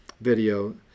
video